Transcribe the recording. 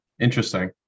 interesting